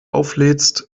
auflädst